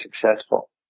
successful